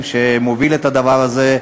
שמוביל את הדבר הזה,